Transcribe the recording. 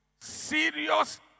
serious